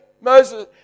Moses